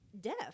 deaf